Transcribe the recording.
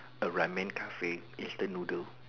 a Ramen Cafe instant noodle